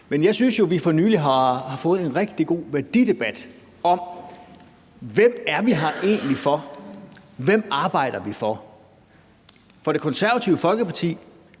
Men jeg synes jo, vi for nylig fik en rigtig god værdidebat om, hvem vi egentlig er her for, og hvem vi arbejder for. For i Det Konservative Folkeparti